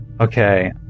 Okay